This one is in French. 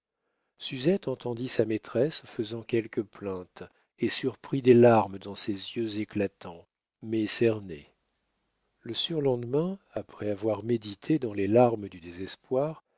suzette entendit sa maîtresse faisant quelques plaintes et surprit des larmes dans ses yeux éclatants mais cernés le surlendemain après avoir médité dans les larmes du désespoir